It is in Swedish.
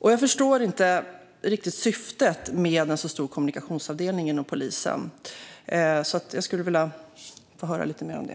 Jag förstår inte riktigt syftet med en så stor kommunikationsavdelning inom polisen, och därför vill jag höra lite mer om det.